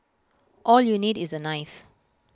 all you need is A knife